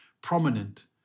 prominent